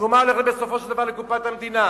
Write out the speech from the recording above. התרומה הולכת בסופו של דבר לקופת המדינה.